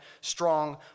strong